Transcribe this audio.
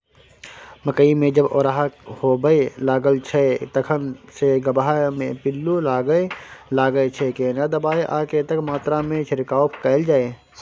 मकई मे जब ओरहा होबय लागय छै तखन से गबहा मे पिल्लू लागय लागय छै, केना दबाय आ कतेक मात्रा मे छिरकाव कैल जाय?